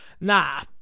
Nah